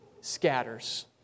scatters